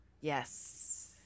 Yes